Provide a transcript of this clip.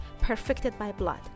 perfectedbyblood